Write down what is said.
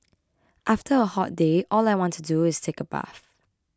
after a hot day all I want to do is take a bath